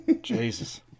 Jesus